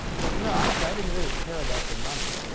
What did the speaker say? but you know, honestly, i didn't really care about the money.